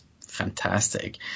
fantastic